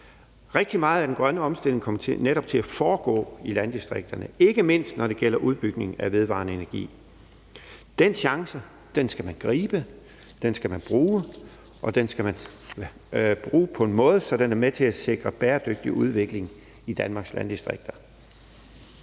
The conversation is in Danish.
Rigtig meget af den grønne omstilling kommer netop til at foregå i landdistrikterne, ikke mindst når det gælder udbygningen af vedvarende energi. Den chance skal man gribe, den skal man bruge, og den skal man bruge på en måde, så den er med til at sikre bæredygtig udvikling i Danmarks landdistrikter.